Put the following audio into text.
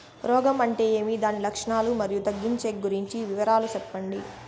రోగం అంటే ఏమి దాని లక్షణాలు, మరియు తగ్గించేకి గురించి వివరాలు సెప్పండి?